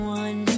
one